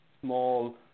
small